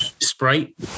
sprite